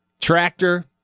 tractor